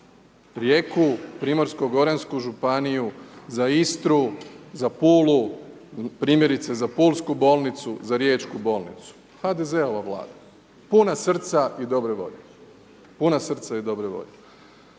Rijeku, Primorsko-goransku županiju, za Istru, za Pulu, primjerice za pulsku bolnicu, za riječku bolnicu. HDZ-ova vlada. Puna srca i dobre volje. Dali u siječnju